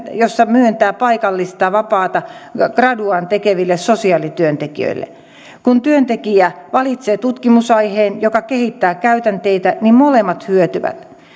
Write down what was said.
jossa myönnetään palkallista vapaata graduaan tekeville sosiaalityöntekijöille kun työntekijä valitsee tutkimusaiheen joka kehittää käytänteitä niin molemmat hyötyvät